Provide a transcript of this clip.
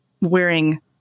wearing